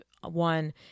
one